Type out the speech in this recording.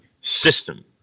system